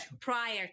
prior